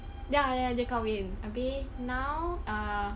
ya ya dia kahwin okay now err